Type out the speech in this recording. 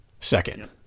second